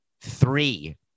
three